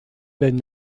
wenn